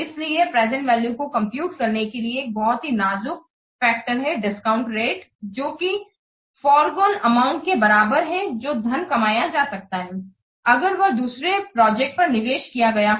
इसलिए present value को कंप्यूटकरने के लिए एक बहुत ही नाजुक फैक्टर है डिस्काउंट रेट जोकि फॉरगॉन अमाउंट के बराबर है जो धन कमाया जा सकता है अगर वह दूसरे प्रोजेक्ट पर निवेश किया गया हो